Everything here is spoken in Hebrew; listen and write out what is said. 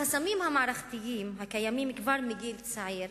החסמים המערכתיים הקיימים כבר מגיל צעיר